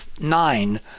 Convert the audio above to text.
nine